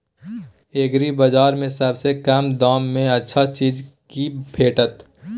एग्रीबाजार में सबसे कम दाम में अच्छा चीज की भेटत?